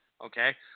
Okay